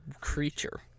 creature